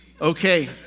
Okay